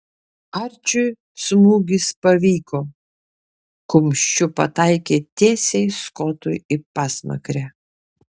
arčiui smūgis pavyko kumščiu pataikė tiesiai skotui į pasmakrę